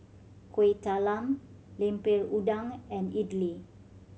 Kuih Talam Lemper Udang and idly